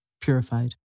purified